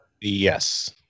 Yes